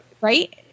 Right